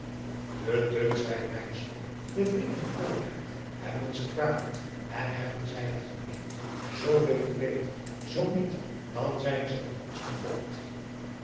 wouter blommesteyn koolaart hebben ons gevraagd en hebben zij het gemeend zoo veel te beter zoo niet dan zijn ze met ons